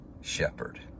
shepherd